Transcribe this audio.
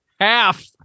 half